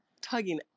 tugging